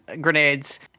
grenades